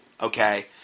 Okay